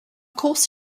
course